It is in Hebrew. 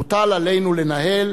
מוטל עלינו לנהל